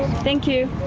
thank you.